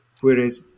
whereas